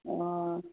অঁ